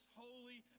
holy